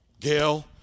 Gail